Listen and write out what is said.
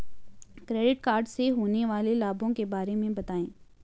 Credit card से होने वाले लाभों के बारे में बताएं?